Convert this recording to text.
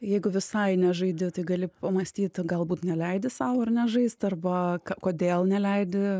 jeigu visai nežaidi tai gali pamąstyti galbūt neleidi sau ar ne žaist arba kodėl neleidi